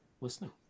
listening